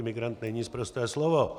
Imigrant není sprosté slovo.